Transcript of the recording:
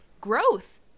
growth